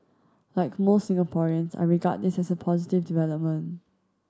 like most Singaporeans I regard this as a positive development